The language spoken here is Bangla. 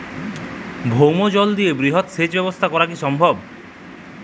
ভৌমজল দিয়ে বৃহৎ সেচ ব্যবস্থা করা কি সম্ভব?